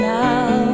now